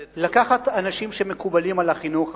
אני אסיים, לקחת אנשים שמקובלים על החינוך החרדי,